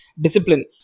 discipline